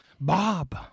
Bob